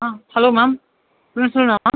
ah hello ma'am principal Mema